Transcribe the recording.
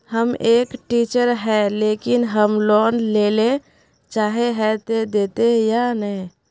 हम एक टीचर है लेकिन हम लोन लेले चाहे है ते देते या नय?